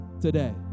today